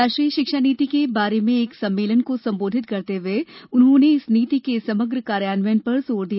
राष्ट्रीय शिक्षा नीति के बारे में एक सम्मेलन को संबोधित करते हुए उन्होंने इस नीति के समग्र कार्यान्वयन पर जोर दिया